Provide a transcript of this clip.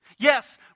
Yes